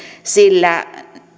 sillä